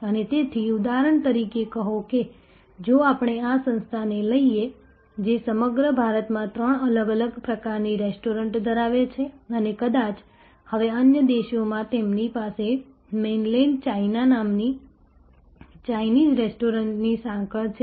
અને તેથી ઉદાહરણ તરીકે કહો કે જો આપણે આ સંસ્થાને લઈએ જે સમગ્ર ભારતમાં ત્રણ અલગ અલગ પ્રકારની રેસ્ટોરન્ટ ધરાવે છે અને કદાચ હવે અન્ય દેશોમાં તેમની પાસે મેઈનલેન્ડ ચાઈના નામની ચાઈનીઝ રેસ્ટોરન્ટ્સની સાંકળ છે